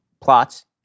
PLOTS